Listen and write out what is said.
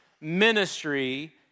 ministry